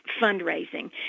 fundraising